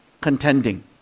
contending